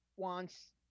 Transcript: wants